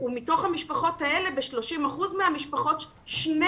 ומתוך המשפחות האלה ב-30% מהמשפחות שני